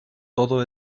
todo